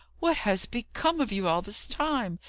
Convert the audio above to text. what has become of you all this time?